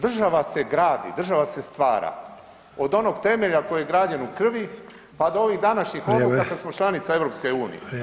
Države se gradi, država se stvara, od onog temelja koji je građen u krvi, pa do ovih današnjih [[Upadica: Vrijeme]] odluka kad smo članica EU.